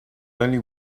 only